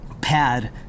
pad